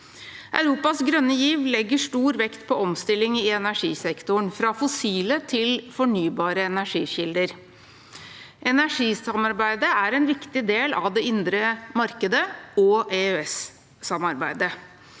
Europas grønne giv legger stor vekt på omstilling i energisektoren, fra fossile til fornybare energikilder. Energisamarbeidet er en viktig del av det indre markedet og EØS-samarbeidet.